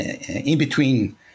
in-between